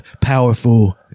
powerful